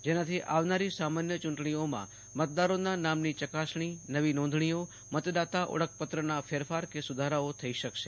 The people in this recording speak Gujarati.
જેનાથી આવનારી સામાન્ય ચૂંટણીઓમાં મતદારોના નામની ચકાસણી નવી નોંધણીઓ મતદાતા ઓળખપત્રના ફેરફાર કે સુધારાઓ થઈ શકશે